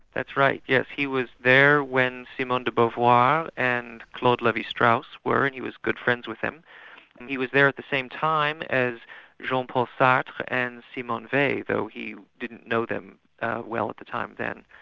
that's right, yes. he was there when simone de beauvoir and claude levi-strauss were. and he was good friends with them. and he was there at the same time as jean-paul sartre and simone weil, though he didn't know them well at the time then.